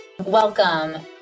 Welcome